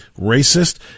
racist